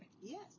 Yes